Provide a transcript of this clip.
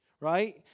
right